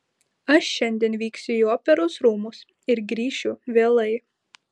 aš šiandien vyksiu į operos rūmus ir grįšiu vėlai